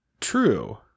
true